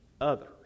others